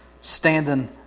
standing